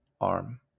arm